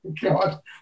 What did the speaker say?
God